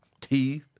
teeth